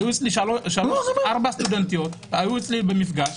היו אצלי ארבע סטודנטיות במפגש.